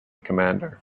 commander